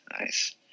Nice